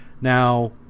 now